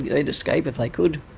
they'd escape if they could.